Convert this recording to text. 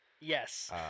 yes